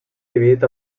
dividit